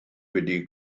wedi